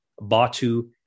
Batu